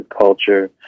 culture